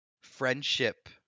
friendship